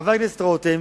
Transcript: חבר הכנסת רותם,